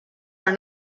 are